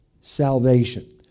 salvation